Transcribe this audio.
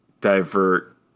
divert